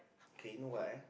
K you know what eh